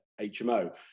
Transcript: hmo